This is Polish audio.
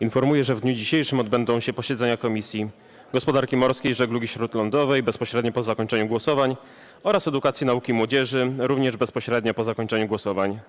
Informuję, że w dniu dzisiejszym odbędą się posiedzenia Komisji: - Gospodarki Morskiej i Żeglugi Śródlądowej - bezpośrednio po zakończeniu głosowań, - Edukacji, Nauki i Młodzieży - również bezpośrednio po zakończeniu głosowań.